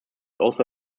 also